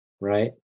right